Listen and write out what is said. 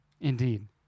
Indeed